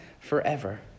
forever